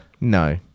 No